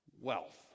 wealth